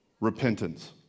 repentance